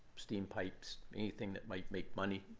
steam pipes, anything that might make money.